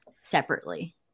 separately